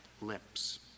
lips